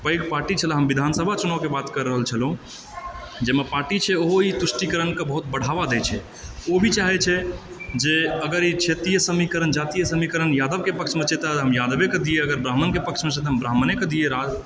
पैघ पार्टी छलऽ हम विधानसभा चुनावके बात करि रहल छलहुँ जाहिमे पार्टी छै ओहो ई तुष्टिकरणके बहुत बढ़ावा दए छै ओ भी चाहए छै जे अगर ई क्षेत्रीय समीकरण जातीय समीकरण यादवके पक्षमे छै तऽ हम यादवेके दी अगर ब्राह्मणके पक्षमे छै तऽ हम ब्राम्हणेके दी